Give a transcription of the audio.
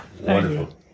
Wonderful